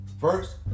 First